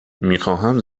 میخواهم